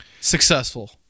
Successful